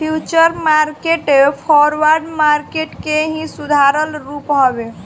futures market forward market के ही सुधारल रूप हवे